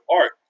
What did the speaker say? art